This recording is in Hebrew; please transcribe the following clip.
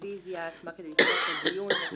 הרביזיה עצמה כדי לפתוח את הדיון.